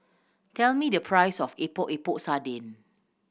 tell me the price of Epok Epok Sardin